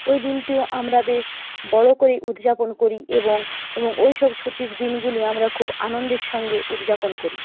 ওই দিনটিও আমরা বেশ বড়ো করেই উদযাপন করি এবং এবং ওই সব ছুটির দিনগুলি আমরা খুব আনন্দের সঙ্গে উদযাপন করি